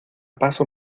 paso